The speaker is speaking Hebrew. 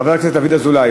חבר הכנסת דוד אזולאי,